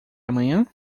amanhã